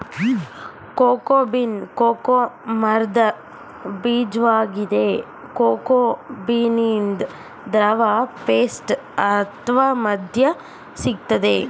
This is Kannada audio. ಕೋಕೋ ಬೀನ್ ಕೋಕೋ ಮರ್ದ ಬೀಜ್ವಾಗಿದೆ ಕೋಕೋ ಬೀನಿಂದ ದ್ರವ ಪೇಸ್ಟ್ ಅತ್ವ ಮದ್ಯ ಸಿಗ್ತದೆ